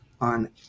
on